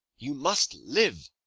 you must live.